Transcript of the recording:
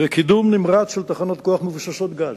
לקידום נמרץ של תחנות כוח מבוססות גז.